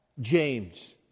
James